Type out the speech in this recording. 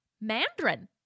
Mandarin